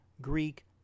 Greek